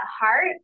heart